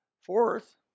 Fourth